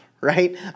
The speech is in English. right